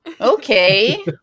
Okay